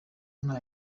nta